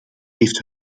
heeft